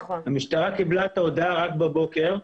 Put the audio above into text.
המשטרה קיבלה את ההודעה רק בבוקר,